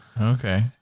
Okay